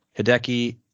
Hideki